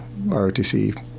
ROTC